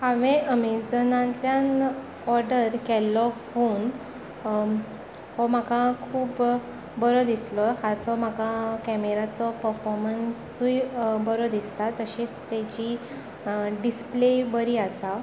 हांवें एमेजोनांतल्यान ऑर्डर केल्लो फोन हो म्हाका खूब बरो दिसलो हाचो म्हाका कॅमेराचो परफॉर्मंसूय बरो दिसता तशीच तेजी डिसप्ले बरी आसा